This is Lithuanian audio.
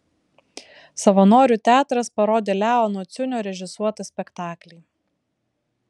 savanorių teatras parodė leono ciunio režisuotą spektaklį